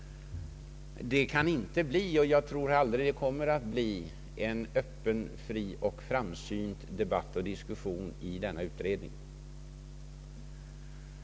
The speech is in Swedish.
Det kan därför aldrig bli en öppen, fri och framsynts diskussion inom denna utredning.